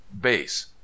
base